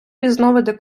різновиди